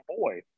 boy